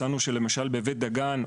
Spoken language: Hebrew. מצאנו שלמשל בבית דגן,